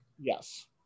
Yes